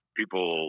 people